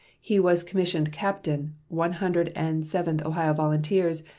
he was commissioned captain, one hundred and seventh ohio volunteers,